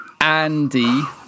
Andy